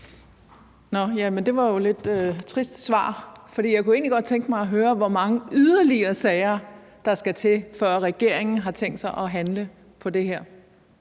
det var jo lidt et trist svar, for jeg kunne egentlig godt tænke mig at høre, hvor mange yderligere sager der skal til, før regeringen har tænkt sig at handle på det her.